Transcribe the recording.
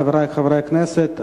חברי חברי הכנסת,